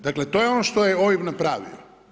Dakle to je ono što je OIB napravio.